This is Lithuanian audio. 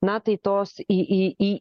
na tai tos į į į